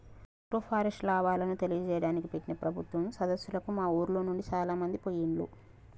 agroforest లాభాలను తెలియజేయడానికి పెట్టిన ప్రభుత్వం సదస్సులకు మా ఉర్లోనుండి చాలామంది పోయిండ్లు